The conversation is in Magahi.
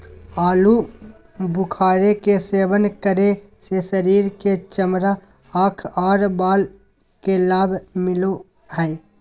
आलू बुखारे के सेवन करे से शरीर के चमड़ा, आंख आर बाल के लाभ मिलो हय